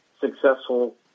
successful